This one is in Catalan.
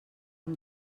amb